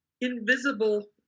invisible